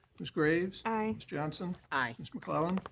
ms. graves. aye. ms. johnson. aye. ms. mcclellan.